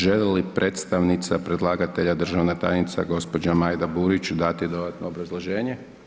Želi li predstavnica predlagatelja državna tajnica gđa. Majda Burić dati dodatno obrazloženje?